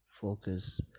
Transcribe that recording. focus